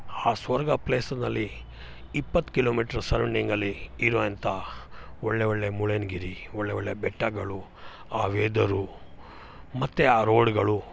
ಆ ಸ್ವರ್ಗ ಪ್ಲೇಸ್ನಲ್ಲಿ ಇಪ್ಪತ್ತು ಕಿಲೋಮೀಟ್ರ್ ಸರೌಂಡಿಂಗಲ್ಲಿ ಇರುವಂಥ ಒಳ್ಳೆ ಒಳ್ಳೆ ಮುಳ್ಳಯ್ಯನ್ಗಿರಿ ಒಳ್ಳೆ ಒಳ್ಳೆ ಬೆಟ್ಟಗಳು ಆ ವೇದರು ಮತ್ತು ಆ ರೋಡ್ಗಳು